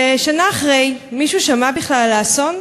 ושנה אחרי, מישהו שמע בכלל על האסון?